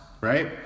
right